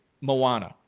Moana